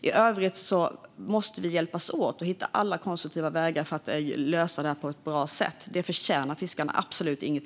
I övrigt måste vi hjälpas åt att hitta alla konstruktiva vägar för att lösa detta på ett bra sätt, för fiskarna förtjänar absolut det.